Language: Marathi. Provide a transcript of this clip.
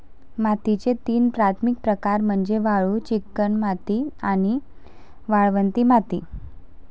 मातीचे तीन प्राथमिक प्रकार म्हणजे वाळू, चिकणमाती आणि वाळवंटी माती